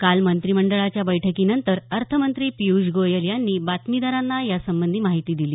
काल मंत्रिमंडळाच्या बैठकीनंतर अर्थमंत्री पिय्ष गोयल यांनी बातमीदारांना या संबंधी माहिती दिली